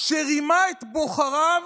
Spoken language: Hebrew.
שרימה את בוחריו,